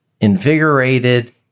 invigorated